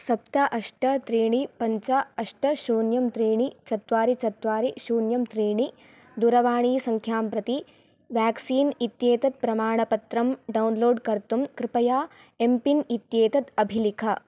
सप्त अष्ट त्रीणि पञ्च अष्ट शून्यं त्रीणि चत्वारि चत्वारि शून्यं त्रीणि दूरवाणी सङ्ख्यां प्रति व्याक्सीन् इत्येतत् प्रमाणपत्रं डौन्लोड् कर्तुं कृपया एम्पिन् इत्येतत् अभिलिख